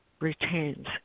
retains